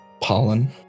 pollen